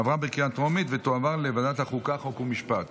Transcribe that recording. לוועדת החוקה, חוק ומשפט